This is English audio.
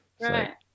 Right